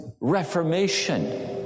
reformation